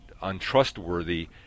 untrustworthy